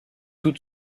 tout